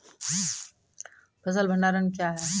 फसल भंडारण क्या हैं?